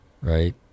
right